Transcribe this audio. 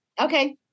okay